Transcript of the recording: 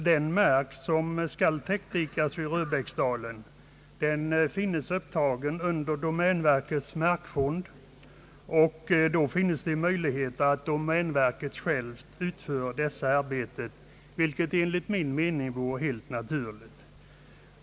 Den mark som skall täckdikas i Röbäcksdalen är dessutom upptagen under domänverkets markfond, och då finns också den möjligheten att domänverket självt utför detta arbete, vilket enligt min mening vore naturligt.